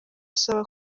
asaba